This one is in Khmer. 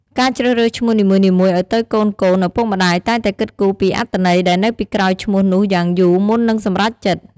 ការជ្រើសរើសឈ្មោះនីមួយៗអោយទៅកូនៗ ឪពុកម្តាយតែងតែគិតគូរពីអត្ថន័យដែលនៅពីក្រោយឈ្មោះនោះយ៉ាងយូរមុននឹងសម្រេចចិត្ត។